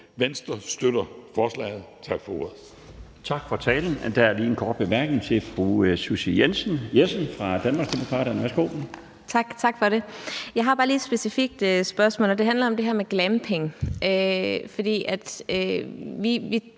Venstre støtter forslaget. Tak for ordet.